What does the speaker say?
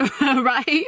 right